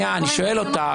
אני שואל אותה.